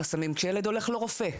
חסמים כאשר ילד הולך לרופא,